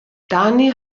dani